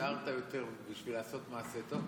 שהצטערת יותר בשביל לעשות מעשה טוב,